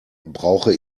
brauche